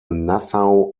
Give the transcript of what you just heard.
nassau